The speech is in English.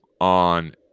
on